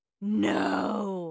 No